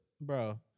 Bro